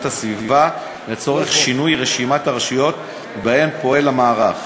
הסביבה לצורך שינוי רשימת הרשויות בהן המערך פועל,